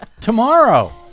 Tomorrow